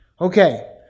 Okay